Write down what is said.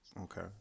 Okay